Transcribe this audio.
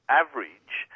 average